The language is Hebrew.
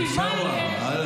מה יהיה?